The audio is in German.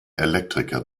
elektriker